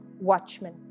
watchmen